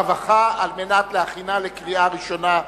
הרווחה והבריאות על מנת להכינה לקריאה ראשונה.